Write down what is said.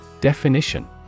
Definition